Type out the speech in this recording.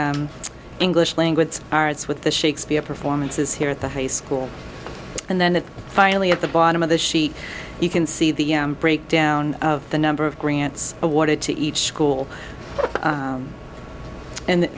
the english language arts with the shakespeare performances here at the high school and then finally at the bottom of the sheet you can see the breakdown of the number of grants awarded to each school